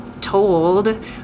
told